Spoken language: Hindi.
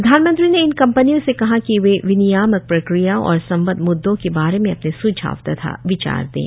प्रधानमंत्री ने इन कंपनियों से कहा कि वे विनियामक प्रक्रियाओं और संबंद्ध म्द्दों के बारे में अपने स्झाव तथा विचार दें